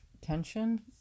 tension